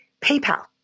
PayPal